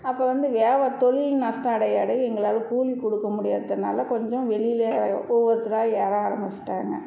அப்போ வந்து வேறு தொழில் நஷ்டம் அடைய அடைய எங்களால் கூலி கொடுக்க முடியாதுனால கொஞ்சம் வெளியில ஒவ்வொருத்தராக ஏற ஆரமிச்சிவிட்டாங்க